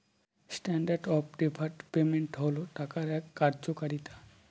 standard of deferred payment হল টাকার এক কার্যকারিতা